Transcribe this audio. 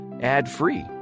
ad-free